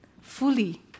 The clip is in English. fully